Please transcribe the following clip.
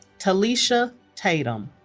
talesha tatum